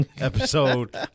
episode